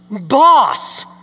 boss